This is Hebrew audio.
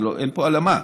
אין פה הלאמה,